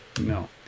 no